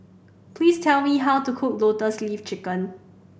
please tell me how to cook Lotus Leaf Chicken